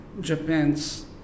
Japan's